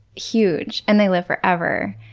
huge. and they live forever.